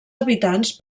habitants